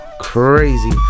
Crazy